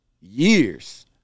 years